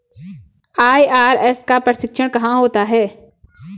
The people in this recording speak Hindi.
आई.आर.एस का प्रशिक्षण कहाँ होता है?